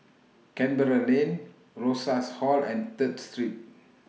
Canberra Lane Rosas Hall and Third Street